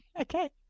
Okay